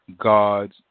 God's